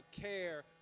care